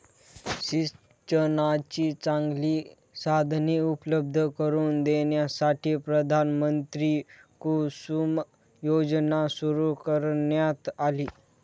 सिंचनाची चांगली साधने उपलब्ध करून देण्यासाठी प्रधानमंत्री कुसुम योजना सुरू करण्यात आली